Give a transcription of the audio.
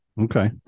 Okay